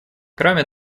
кроме